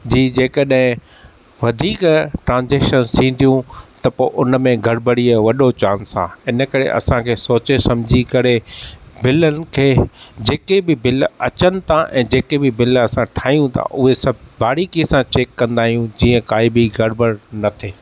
जी जे कॾहिं वधिक ट्रांसिकशंस थींदियूं त पो हुन में गड़ॿड़ीअ जो वॾो चांस आहे इन करे असां खे सोचे समझी करे बिलनि खे जेके बि बिल अचनि ता ऐं जेके बि बिल असां ठाहीयूं था उहे सभु बारीकी सां चेक कंदा आहियूं जीअं काई बि गड़िॿड़ि न थिए